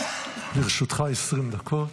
לרשותך 20 דקות.